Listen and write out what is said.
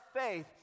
faith